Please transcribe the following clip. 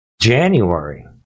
January